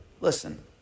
Listen